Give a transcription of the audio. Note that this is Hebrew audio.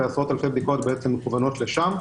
ועשרות אלפי בדיקות בעצם מכוונות לשם.